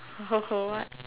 what